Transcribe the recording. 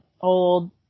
old